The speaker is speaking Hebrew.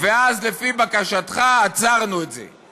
ואז לפי בקשתך עצרנו את זה,